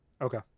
Okay